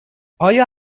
آیا